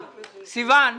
סיון,